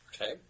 Okay